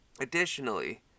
Additionally